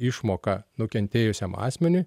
išmoką nukentėjusiam asmeniui